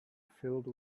filled